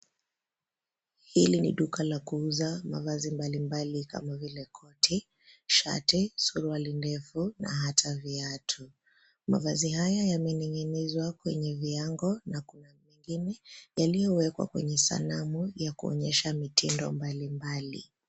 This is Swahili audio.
Hili ni duka la kuuza mavazi mbali mbali kama vile: koti, shati, suruali ndefu na hata viatu. Mavazi haya yamening'inizwa kwenye viango na kuna vingine yaliyowekwa kwenye sanamu yakuonyesha mitindo mbali mbali.